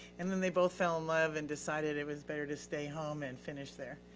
and then they both fell in love and decided it was better to stay home and finish their